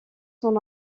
son